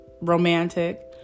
romantic